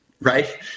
Right